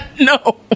No